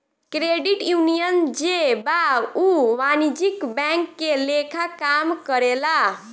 credit union जे बा उ वाणिज्यिक बैंक के लेखा काम करेला